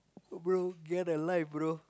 bro get a life bro